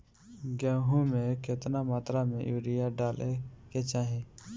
गेहूँ में केतना मात्रा में यूरिया डाले के चाही?